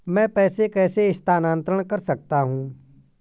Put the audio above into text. मैं पैसे कैसे स्थानांतरण कर सकता हूँ?